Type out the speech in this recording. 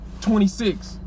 26